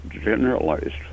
generalized